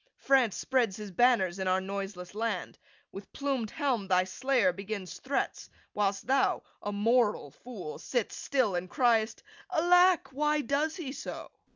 france spreads his banners in our noiseless land with plumed helm thy slayer begins threats whiles thou, a moral fool, sitt'st still, and criest alack, why does he so